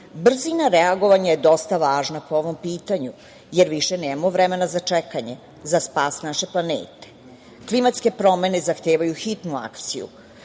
reagovanja je dosta važna po ovom pitanju, jer više nemamo vremena za čekanje za spas naše planete. Klimatske promene zahtevaju hitnu akciju,